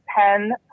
pen